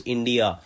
India